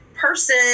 person